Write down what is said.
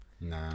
Nah